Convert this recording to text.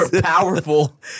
powerful